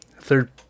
Third